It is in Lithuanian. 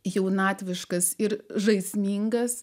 jaunatviškas ir žaismingas